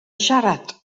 siarad